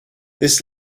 this